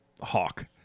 hawk